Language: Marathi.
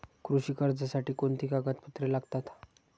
कृषी कर्जासाठी कोणती कागदपत्रे लागतात?